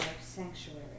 Sanctuary